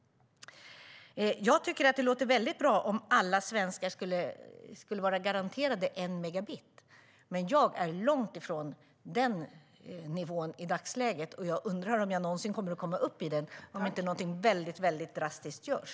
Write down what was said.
Jag tycker att det låter väldigt bra att alla svenskar skulle vara garanterade 1 megabit. Men jag är långt ifrån den nivån i dagsläget, och jag undrar om jag någonsin kommer att komma upp på den om inte någonting väldigt drastiskt görs.